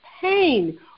pain